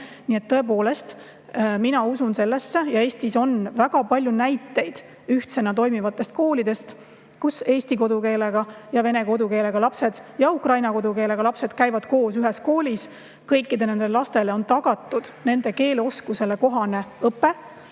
Nii et tõepoolest mina usun sellesse. Eestis on väga palju näiteid ühtsena toimivatest koolidest, kus eesti ja vene kodukeelega lapsed, ka ukraina kodukeelega lapsed käivad koos ühes koolis. Kõikidele nendele lastele on tagatud nende keeleoskusele kohane õpe,